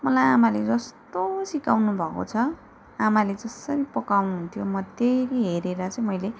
मलाई आमाले जस्तो सिकाउनु भएको छ आमाले जसरी पकाउनु हुन्थ्यो म त्यही हेरेर चाहिँ मैले